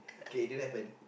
k it didn't happen